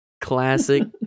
Classic